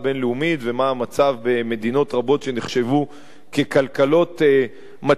ומה המצב במדינות רבות שנחשבו כלכלות מצליחות.